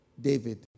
David